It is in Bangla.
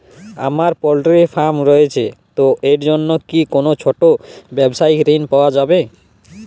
আমার পোল্ট্রি ফার্ম রয়েছে তো এর জন্য কি কোনো ছোটো ব্যাবসায়িক ঋণ পাওয়া যাবে?